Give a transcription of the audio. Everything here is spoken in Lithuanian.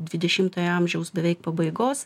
dvidešimtojo amžiaus beveik pabaigos